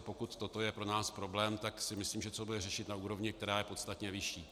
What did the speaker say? Pokud toto je pro nás problém, tak si myslím, že se to bude řešit na úrovni, která je podstatně vyšší.